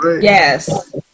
yes